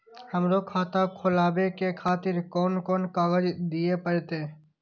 हमरो खाता खोलाबे के खातिर कोन कोन कागज दीये परतें?